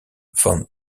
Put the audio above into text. von